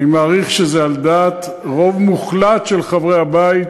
אני מעריך שזה על דעת רוב מוחלט של חברי הבית,